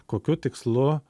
kokiu tikslu